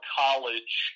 college